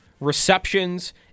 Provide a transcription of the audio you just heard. receptions